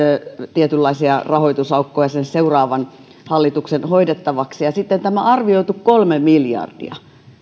tietynlaisia rahoitusaukkoja seuraavan hallituksen hoidettavaksi sitten tämä arvioitu kolme miljardia